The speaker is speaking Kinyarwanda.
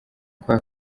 kwa